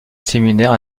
séminaire